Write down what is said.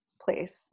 place